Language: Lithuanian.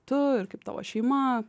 tu ir kaip tavo šeima